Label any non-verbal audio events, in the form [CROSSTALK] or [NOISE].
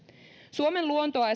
suomen luontoa [UNINTELLIGIBLE]